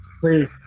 Please